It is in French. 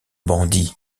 bandit